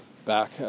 Back